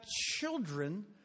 children